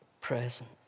present